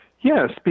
Yes